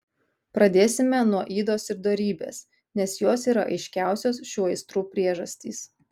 pradėsime nuo ydos ir dorybės nes jos yra aiškiausios šių aistrų priežastys